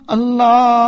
Allah